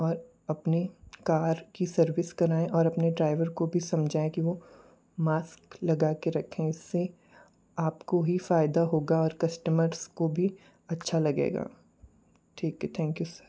और अपनी कार की सर्विस कराएँ और अपने ड्राइवर को भी समझाएँ कि वह मास्क लगा कर रखें इससे आपको ही फ़ायदा होगा और कस्टमर्स को भी अच्छा लगेगा ठीक है थैंक यू स